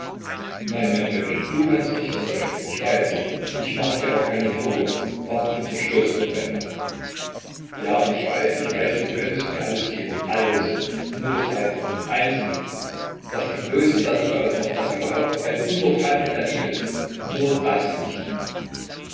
nein mein täubchen du kannst nichts dafür ich weiß ich mache dir auch keine vorwürfe aber du zerstörst mich einfach ja ich weiß ich weiß du könntest mir alles geben alles nur das eine einzige das die größe der liebe ausmacht das überhaupt ein unterpfand der liebe ist nur das nicht